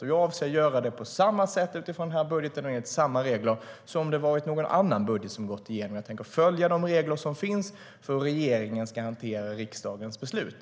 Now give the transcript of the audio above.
Jag avser att göra det på samma sätt utifrån denna budget och enligt samma regler som om det varit någon annan budget som gått igenom. Jag tänker följa de regler som finns för hur regeringen ska hantera riksdagens beslut.